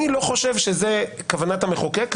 אני לא חושב שזו כוונת המחוקק,